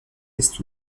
est